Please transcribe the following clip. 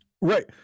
right